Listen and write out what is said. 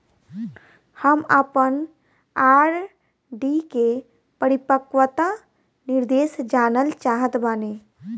हम आपन आर.डी के परिपक्वता निर्देश जानल चाहत बानी